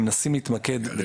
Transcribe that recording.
אני מנסה להבין.